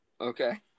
Okay